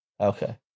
Okay